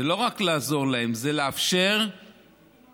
זה לא רק לעזור להן, זה לאפשר לרבנים